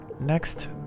next